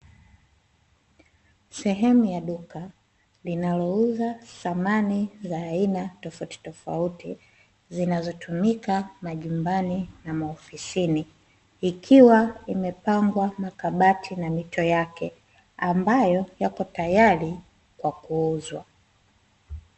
Sehemu ya duka linalouza samani za aina tofautitofauti, zinazotumika majumbani na maofisini. Ikiwa imepangwa makabati na mito yake ambayo yako tayari kwa kuuzwa.